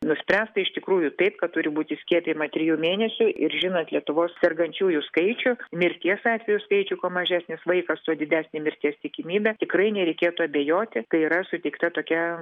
nuspręsta iš tikrųjų taip kad turi būti skiepijama trijų mėnesių ir žinant lietuvos sergančiųjų skaičių mirties atvejų skaičių kuo mažesnis vaikas tuo didesnė mirties tikimybė tikrai nereikėtų abejoti tai yra suteikta tokia